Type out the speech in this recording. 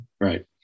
Right